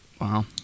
wow